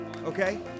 okay